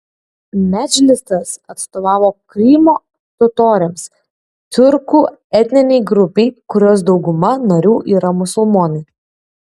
medžlisas atstovavo krymo totoriams tiurkų etninei grupei kurios dauguma narių yra musulmonai